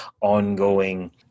ongoing